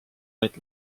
vaid